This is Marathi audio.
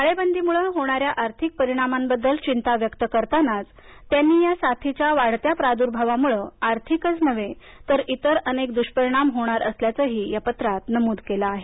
टाळेबंदीमुळं होणाऱ्या आर्थिक परिणामांबद्दल चिंता व्यक्त करतानाच त्यांनी या साथीच्या वाढत्या प्रादुर्भावामुळे आर्थिकच नव्हे तर इतर अनेक दृष्परिणाम होणार असल्याचही या पत्रात नमूद केलं आहे